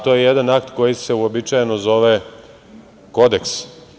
To je jedan akt koji se uobičajeno zove Kodeks.